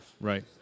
Right